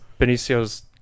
Benicio's